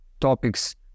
topics